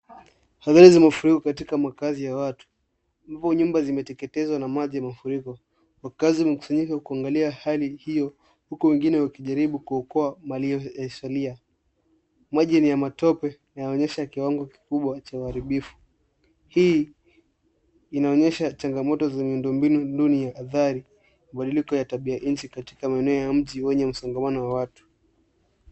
Hadhari za mafuriko katika makaazi ya watu, ambapo nyumba zimeteketezwa na maji ya mafuriko, Wakaazi wamekusanyika wakiangalia hali hiyo huku wengine wakijaribu kuokoa mali yaliyo zalia. Maji ni ya matope na yaonyesha kiwango kikubwa cha uaharibifu. Hii inaonyesha changamoto za miundo mbinu nduni ya athari mbadiliko ya tabia izi katika maeneo ya mji wenye msongamano wa watu.